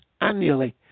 annually